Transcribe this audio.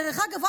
דרך אגב,